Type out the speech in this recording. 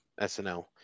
SNL